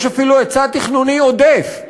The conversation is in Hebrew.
יש אפילו היצע תכנוני עודף,